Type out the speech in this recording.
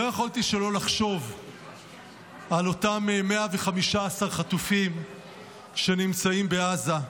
לא יכולתי שלא לחשוב על אותם 115 חטופים שנמצאים בעזה.